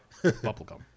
bubblegum